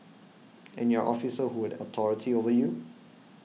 and your officer who had authority over you